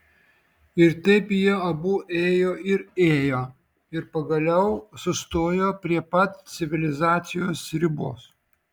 ir taip jie abu ėjo ir ėjo ir pagaliau sustojo prie pat civilizacijos ribos